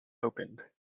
opened